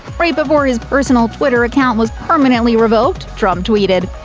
right before his personal twitter account was permanently revoked, trump tweeted,